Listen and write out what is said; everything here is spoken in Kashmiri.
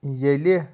ییٚلہِ